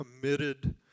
committed